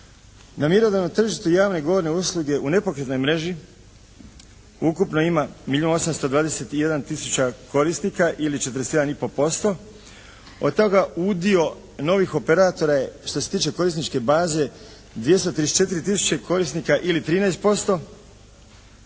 Na mjerodavnom tržištu javne i govorne usluge u nepokretnoj mreži ukupno ima milijun 821 tisuća korisnika ili 41,5%. Od toga udio novih operatora je što se tiče korisničke baze 234 tisuće korisnika ili 13%